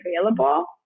available